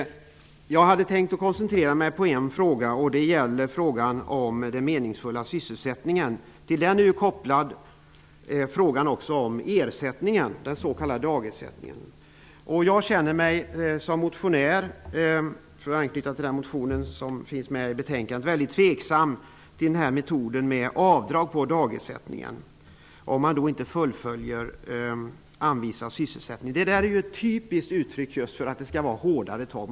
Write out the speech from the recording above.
Jag hade tänkt att koncentrera mig på en fråga, nämligen frågan om meningsfull sysselsättning. Till denna fråga är frågan om ersättningen, den s.k. dagersättningen, kopplad. Som motionär är jag -- för att anknyta till vår motion i sammanhanget -- väldigt tveksam till den metod som innebär avdrag på dagersättningen om anvisad sysselsättning inte fullföljs. Det här är ett typiskt uttryck för just hårdare tag.